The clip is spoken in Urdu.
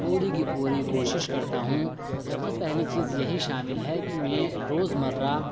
پوری کی پوری کوشش کرتا ہوں اس میں پہلی چیز یہی شامل ہے کہ میں روزمرہ